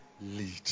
lead